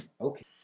Okay